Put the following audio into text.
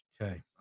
Okay